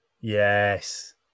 Yes